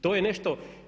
To je nešto.